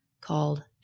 called